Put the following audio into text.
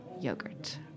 yogurt